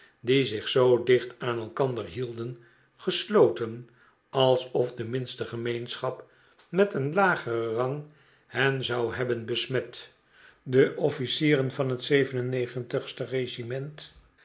die zich zoo client aan elkander hielden gesloten alsof de minste gemeenschap met een lageren rang hen zou hebben besmet de officieren van het ste regiment